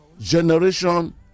generation